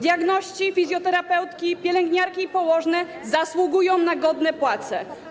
Diagności, fizjoterapeutki, pielęgniarki i położne zasługują na godne płace.